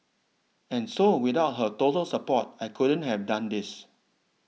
and so without her total support I couldn't have done this